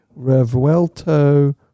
Revuelto